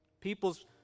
People's